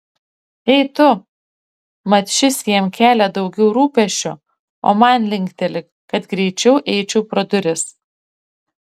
ei tu mat šis jam kelia daugiau rūpesčio o man linkteli kad greičiau eičiau pro duris